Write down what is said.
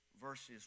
verses